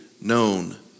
known